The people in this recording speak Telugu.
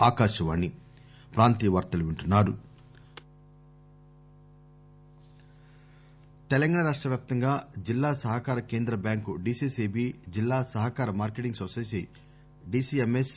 డిసిసిబి తెలంగాణ రాష్టవ్యాప్తంగా జిల్లా సహకార కేంద్ర బ్యాంక్ డిసిసిబి జిల్లా సహకార మార్కెటింగ్ నొసైటీ డిసిఎంఎస్